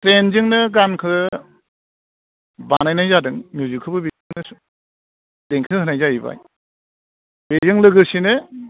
trend जोंनो गानखौ बानायनाय जादों मिउजिकखौबो बिदिनो देंखो होनाय जाहैबाय बेजों लोगोसेनो